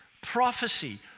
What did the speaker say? prophecy